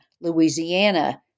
Louisiana